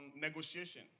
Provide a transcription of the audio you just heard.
negotiation